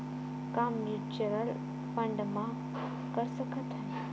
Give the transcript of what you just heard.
का mutual fund म कर सकत हन?